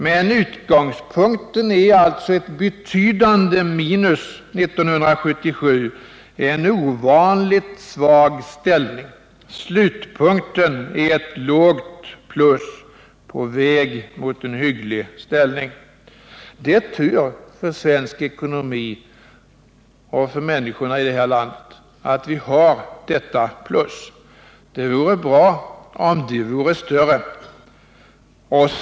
Men utgångspunkten är alltså ett betydande minus år 1977, en ovanligt svag ställning, och slutpunkten är ett lågt plus, på väg mot en hygglig ställning. Det är tur för svensk ekonomi och för människorna här i landet att vi har detta plus. Det vore bra om det vore större.